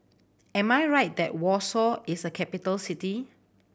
am I right that Warsaw is a capital city